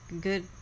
good